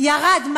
ירד.